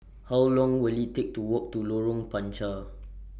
How Long Will IT Take to Walk to Lorong Panchar